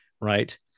Right